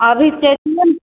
अभी छठिये ने